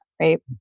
right